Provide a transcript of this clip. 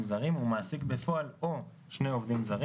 זרים ומעסיק בפועל או שני עובדים זרים